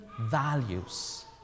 values